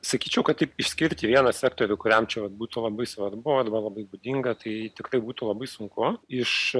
sakyčiau kad taip išskirti vieną sektorių kuriam čia vat būtų labai svarbu arba labai būdinga tai tikrai būtų labai sunku iš